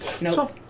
No